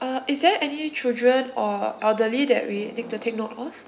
uh is there any children or elderly that we need to take note of